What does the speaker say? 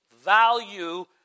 value